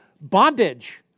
bondage